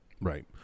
Right